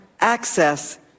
access